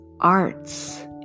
Arts